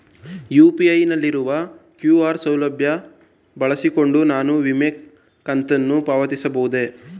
UPI ನಲ್ಲಿರುವ QR ಸೌಲಭ್ಯ ಬಳಸಿಕೊಂಡು ನಾನು ವಿಮೆ ಕಂತನ್ನು ಪಾವತಿಸಬಹುದೇ?